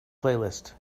playlist